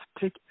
take